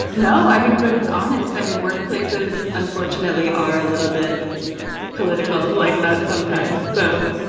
like know. i mean but it's honest. i mean workplaces, unfortunately, are a little bit political like that sometimes. so,